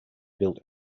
built